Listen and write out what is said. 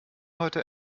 heute